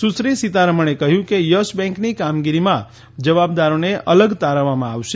સુશ્રી સીતારમણે કહ્યું કે યશ બેન્કની કામગીરીમાં જવાબદારોને અલગ તારવવામાં આવશે